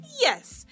Yes